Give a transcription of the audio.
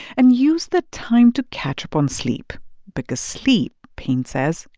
and use the time to catch up on sleep because sleep, payne says,